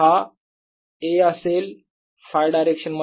हा A असेल Φ direction मध्ये